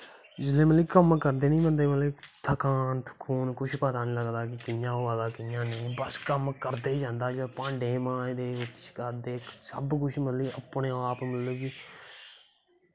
जिस दिन कम्म करदे थकान थकून कुश पता नी लगदा बस कम्म करदे जंदा भांडे मांजदे सखांदे सब कुश मतलव अपनैं आप मतलव